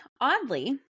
oddly